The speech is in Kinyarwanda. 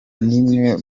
nk’imwe